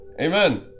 Amen